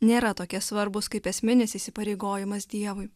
nėra tokie svarbūs kaip esminis įsipareigojimas dievui